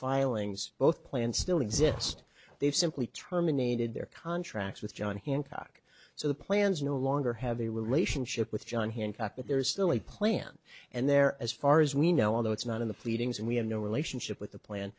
filings both plans still exist they've simply terminated their contract with john hancock so the plans no longer have a relationship with john hancock but there is still a plan and there as far as we know although it's not in the pleadings and we have no relationship with the plan